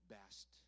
best